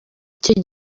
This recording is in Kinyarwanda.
icyo